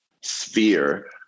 sphere